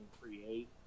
create